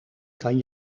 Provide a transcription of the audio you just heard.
kan